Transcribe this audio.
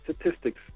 statistics